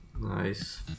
Nice